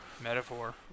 Metaphor